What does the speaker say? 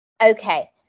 Okay